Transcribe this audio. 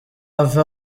ave